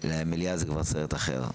המליאה זה כבר סרט אחר.